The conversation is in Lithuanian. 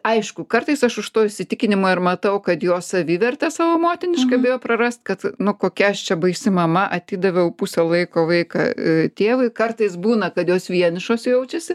aišku kartais aš už to įsitikinimo ir matau kad jo savivertę savo motiniška bijo prarast kad nu kokia aš čia baisi mama atidaviau pusę laiko vaiką tėvui kartais būna kad jos vienišos jaučiasi